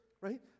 Right